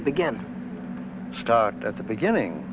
to begin start at the beginning